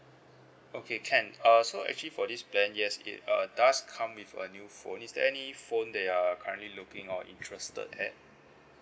okay can uh so actually for this plan yes it uh does come with a new phone is there any phone that you are currently looking or interested at